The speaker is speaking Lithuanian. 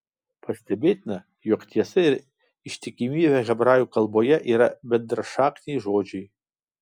pastebėtina jog tiesa ir ištikimybė hebrajų kalboje yra bendrašakniai žodžiai